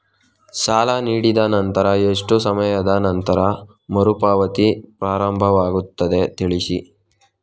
ಸಾಲ ನೀಡಿದ ನಂತರ ಎಷ್ಟು ಸಮಯದ ನಂತರ ಮರುಪಾವತಿ ಪ್ರಾರಂಭವಾಗುತ್ತದೆ ತಿಳಿಸಿ?